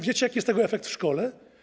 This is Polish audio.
Wiecie, jaki jest tego efekt w szkole?